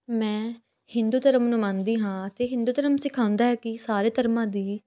ਮੈਂ ਹਿੰਦੂ ਧਰਮ ਨੂੰ ਮੰਨਦੀ ਹਾਂ ਅਤੇ ਹਿੰਦੂ ਧਰਮ ਸਿਖਾਉਂਦਾ ਹੈ ਕਿ ਸਾਰੇ ਧਰਮਾਂ ਦੀ